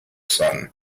sun